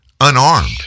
unarmed